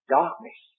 darkness